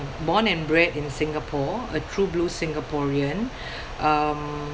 born and bred in Singapore a true blue singaporean um